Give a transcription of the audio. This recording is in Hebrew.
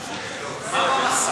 לעשות רפורמה.